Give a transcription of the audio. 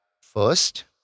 first